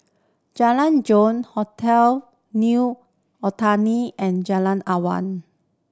Jalan Jong Hotel New Otani and Jalan Awan